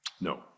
No